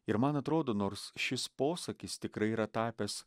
ir man atrodo nors šis posakis tikrai yra tapęs